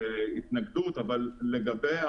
הבנתי.